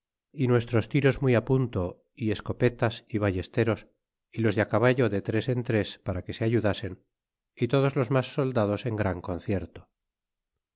é nuestros tiros muy punto é escopetas e ballesteros é los de caballo de tres en tres para que se ayudasen é todos los mas soldados en gran concierto